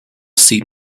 seat